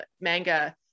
manga